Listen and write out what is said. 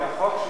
כי החוק,